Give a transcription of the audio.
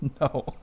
no